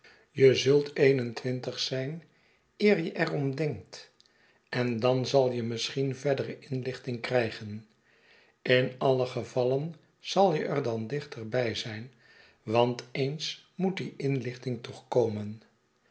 je zult een en twintig zijn eer je er om denkt en dan zal je misschien verdere inlichting krijgen in alle gevallen zal je er dan dichter by zijn want eens moet die inlichting toch komen